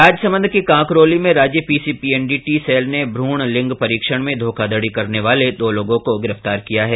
राजसमंद के कांकरोली में राज्य पीसीपीएनडीटी प्रकोष्ठ ने भ्रण लिंग परीक्षण में धोखाखड़ी करने वाले दो लोगों को गिरफ्तार किया है